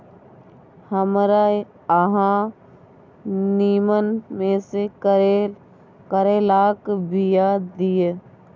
हमरा अहाँ नीमन में से करैलाक बीया दिय?